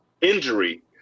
injury